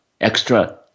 extra